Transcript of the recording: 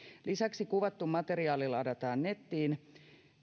lisäksi kuvattu materiaali ladataan nettiin